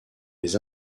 les